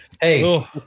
Hey